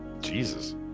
Jesus